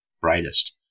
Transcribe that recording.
brightest